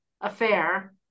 affair